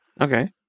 okay